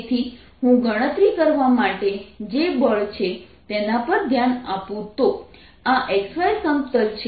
તેથી હું ગણતરી કરવા માટે જે બળ છે તેના પર ધ્યાન આપું તો આ x y સમતલ છે